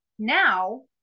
Now